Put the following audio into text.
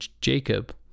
Jacob